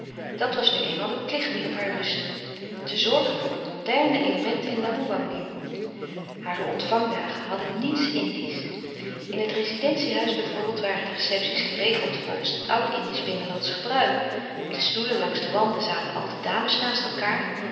dat was nu eenmaal de plicht die op haar rustte te zorgen voor het mondaine element in laboewangi louis couperus de stille kracht hare ontvangdagen hadden niets indiesch in het rezidentie-huis bij voorbeeld waren de recepties geregeld volgens het oud indiesch binnenlandsche gebruik op de stoelen langs de wanden zaten al de dames naast elkaâr